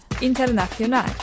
international